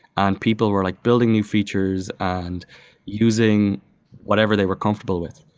and people were like building new features and using whatever they were comfortable with.